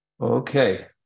Okay